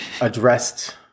addressed